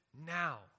now